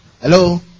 Hello